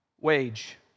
wage